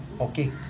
okay